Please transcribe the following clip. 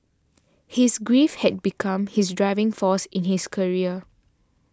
his grief had become his driving force in his career